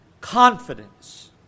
confidence